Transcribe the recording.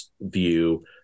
view